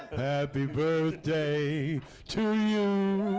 happy birthday to you,